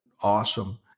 awesome